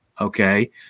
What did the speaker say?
Okay